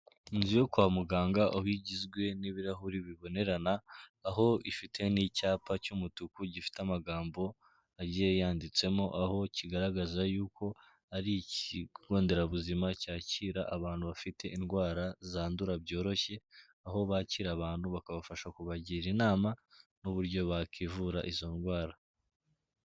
Inzu yo kwa muganga aho igizwe n'ibirahuri bibonerana, aho ifite n'icyapa cy'umutuku gifite amagambo agiye yanyanditsemo aho kigaragaza yuko ari ikigonderabuzima cyakira abantu bafite indwara zandura byoroshye, aho bakira abantu bakabafasha kubagira inama, n'uburyo bakivura izo ndwara.